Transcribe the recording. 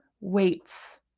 weights